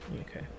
Okay